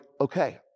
okay